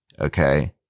okay